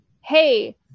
Hey